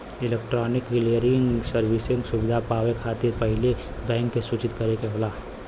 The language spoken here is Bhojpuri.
इलेक्ट्रॉनिक क्लियरिंग सर्विसेज सुविधा पावे खातिर पहिले बैंक के सूचित करे के होला